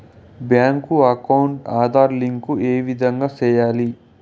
Bank account Aadhaar link ఏ విధంగా సెయ్యాలి?